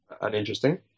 uninteresting